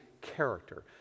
character